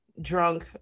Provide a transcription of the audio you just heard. drunk